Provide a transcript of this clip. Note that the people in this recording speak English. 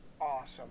awesome